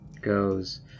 goes